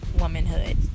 womanhood